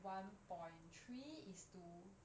one point three is to